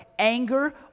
Anger